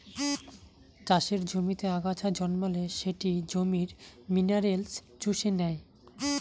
চাষের জমিতে আগাছা জন্মালে সেটি জমির মিনারেলস চুষে নেই